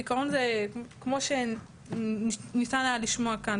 בעיקרון כמו שניתן היה לשמוע כאן,